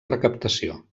recaptació